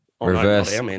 Reverse